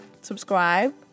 Subscribe